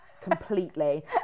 completely